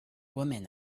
woman